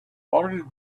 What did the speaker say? already